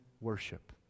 worship